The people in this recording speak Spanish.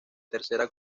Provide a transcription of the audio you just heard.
tercera